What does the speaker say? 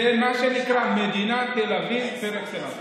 זה מה שנקרא מדינת תל אביב פר-אקסלנס.